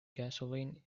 gasoline